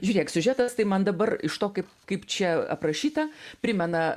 žiūrėk siužetas tai man dabar iš to kaip kaip čia aprašyta primena